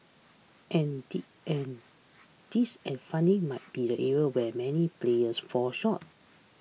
and D and this and funding might be the areas where many players fall short